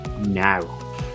now